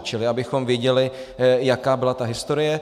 Čili abychom věděli, jaká byla ta historie.